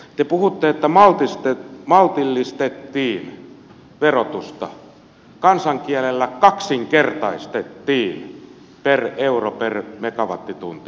te puhutte että maltillistettiin verotusta kansankielellä kaksinkertaistettiin per euro per megawattitunti